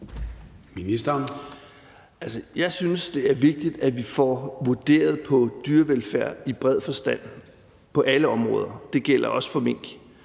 jeg synes, det er vigtigt, at vi får vurderet dyrevelfærd i bred forstand på alle områder – det gælder også for mink.